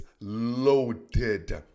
loaded